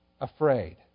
afraid